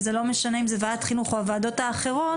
וזה לא משנה אם זה ועדת חינוך או הוועדות האחרות,